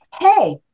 hey